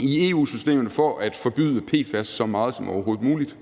i EU-systemet for at forbyde PFAS så meget som overhovedet muligt.